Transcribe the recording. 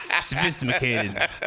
Sophisticated